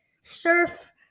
surf